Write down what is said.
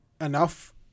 enough